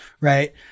Right